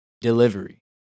delivery